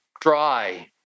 Dry